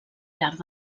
llarg